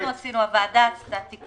הוועדה עשתה תיקון